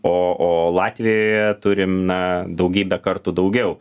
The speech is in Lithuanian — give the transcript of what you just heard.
o o latvijoje turim na daugybę kartų daugiau